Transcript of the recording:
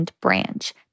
Branch